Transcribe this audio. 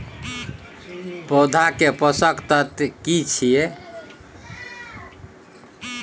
पौधा के पोषक तत्व की छिये?